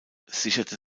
sicherte